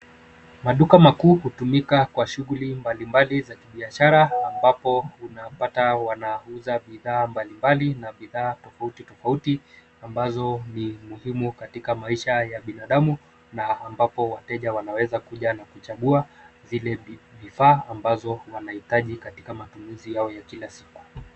Maduka makuu hutumika kwa shughuli mbalimbali za kibiashara ambapo unapata wanauza bidhaa mbalimbali na bidhaa tofauti tofauti, ambazo ni muhimu katika maisha ya binadamu, na ambapo wateja wanaweza kuja na kuchagua zile vifaa ambazo wanahitaji katika matumizi yao ya kila siku.